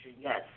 yes